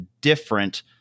different